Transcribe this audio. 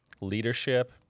leadership